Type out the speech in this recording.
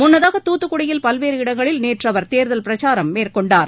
முன்னதாக தூத்துக்குடியில் பல்வேறு இடங்களில் நேற்று அவர் தேர்தல் பிரச்சாரம் மேற்கொண்டார்